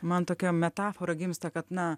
man tokia metafora gimsta kad na